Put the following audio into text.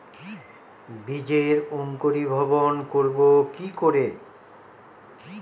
বীজের অঙ্কুরিভবন করব কি করে?